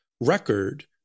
record